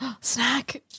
Snack